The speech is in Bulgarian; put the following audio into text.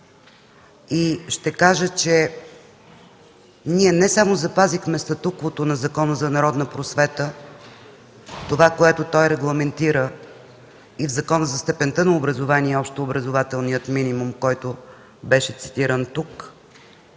Ще кажа, че ние не само запазихме статуквото на Закона за народната просвета, това, което той регламентира, и на Закона за степента на образование, общообразователния минимум и учебния план, цитиран тук.